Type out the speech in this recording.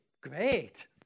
Great